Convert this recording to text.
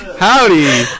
Howdy